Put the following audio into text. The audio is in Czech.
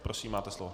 Prosím, máte slovo.